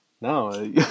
No